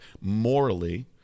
morally